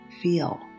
feel